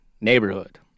neighborhood